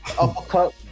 Uppercut